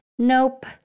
nope